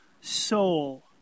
soul